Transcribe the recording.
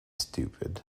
stupid